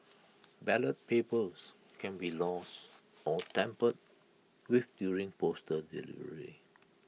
ballot papers can be lost or tampered with during postal delivery